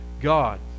God